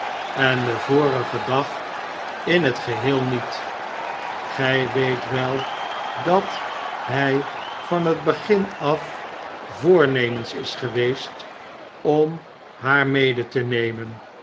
en den vorigen dag in het geheel niet sgij weet wel dat hij van het begin af voornemens is geweest om haar mede te nemen